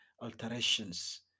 alterations